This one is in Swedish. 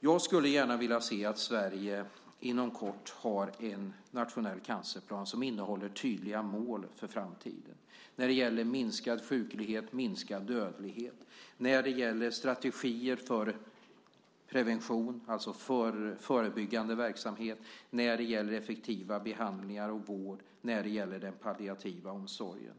Jag skulle gärna vilja se att Sverige inom kort har en nationell cancerplan som innehåller tydliga mål för framtiden när det gäller minskad sjuklighet och dödlighet, strategier för prevention, det vill säga förebyggande verksamhet, effektiva behandlingar och vård och den palliativa omsorgen.